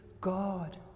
God